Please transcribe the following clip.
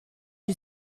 you